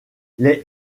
les